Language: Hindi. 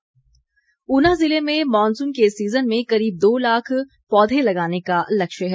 वीरेन्द्र कंवर ऊना ज़िले में मॉनसून के सीज़न में करीब दो लाख पौधे लगाने का लक्ष्य है